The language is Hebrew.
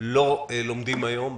לא לומדים היום.